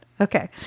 Okay